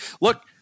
Look